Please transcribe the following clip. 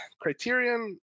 criterion